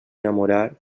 enamorar